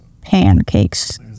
Pancakes